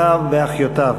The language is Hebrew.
לאחיו ולאחיותיו.